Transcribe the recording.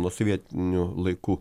nuo sovietinių laikų